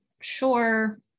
sure